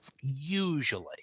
usually